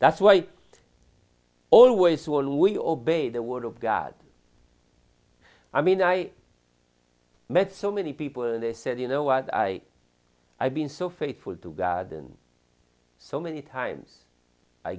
that's why it's always will we obey the word of god i mean i met so many people and they said you know what i i've been so faithful to god and so many times i